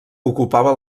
ocupava